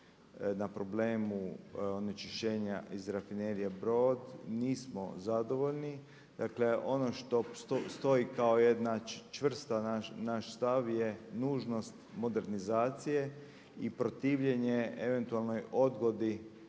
na problemu onečišćenja iz rafinerije Brod nismo zadovoljni. Dakle, ono što stoji kao jedna čvrst naš stav je nužnost modernizacije i protivljenje eventualnoj odgodi